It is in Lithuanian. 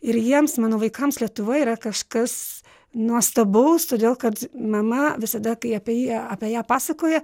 ir jiems mano vaikams lietuva yra kažkas nuostabaus todėl kad mama visada kai apie ją apie ją pasakoja